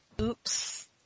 Oops